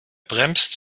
bremst